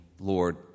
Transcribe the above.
Lord